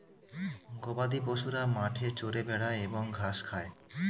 গবাদিপশুরা মাঠে চরে বেড়ায় এবং ঘাস খায়